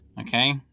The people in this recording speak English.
Okay